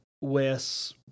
Wes